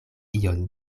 ion